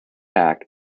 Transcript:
act